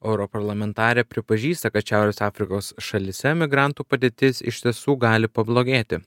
europarlamentarė pripažįsta kad šiaurės afrikos šalyse migrantų padėtis iš tiesų gali pablogėti